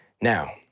Now